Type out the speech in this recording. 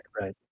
right